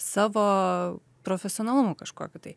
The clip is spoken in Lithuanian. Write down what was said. savo profesionalumu kažkokiu tai